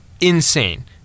insane